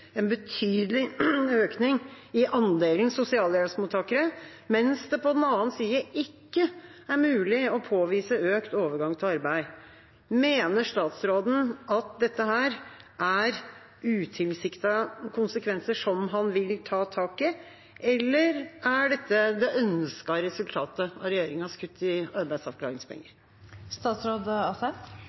en betydelig økning i andelen sosialhjelpsmottakere, mens det på den annen side ikke er mulig å påvise økt overgang til arbeid. Mener statsråden at dette er utilsiktede konsekvenser, som han vil ta tak i, eller er dette det ønskede resultatet av regjeringas kutt i